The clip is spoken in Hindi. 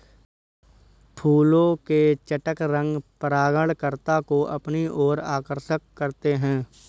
फूलों के चटक रंग परागणकर्ता को अपनी ओर आकर्षक करते हैं